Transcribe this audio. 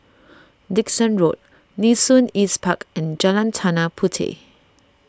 Dickson Road Nee Soon East Park and Jalan Tanah Puteh